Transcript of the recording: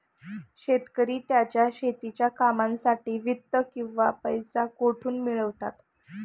शेतकरी त्यांच्या शेतीच्या कामांसाठी वित्त किंवा पैसा कुठून मिळवतात?